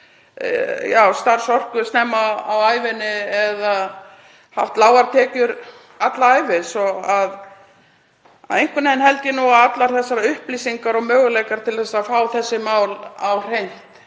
starfsorku snemma á ævinni eða haft lágar tekjur alla ævi. Einhvern veginn held ég nú að allar þessar upplýsingar og möguleikar til að fá þessi mál á hreint